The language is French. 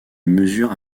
mesures